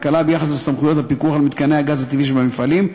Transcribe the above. הכלכלה על סמכויות הפיקוח על מתקני הגז הטבעי שבמפעלים,